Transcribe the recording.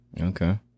Okay